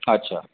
अच्छा